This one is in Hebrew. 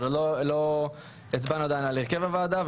אבל לא הצבענו עדיין על הרכב הוועדה,